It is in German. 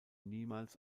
niemals